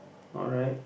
all right